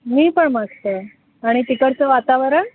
मी पण मस्त आहे आणि तिकडचं वातावरण